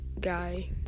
guy